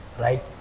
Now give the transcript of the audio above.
right